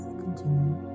continue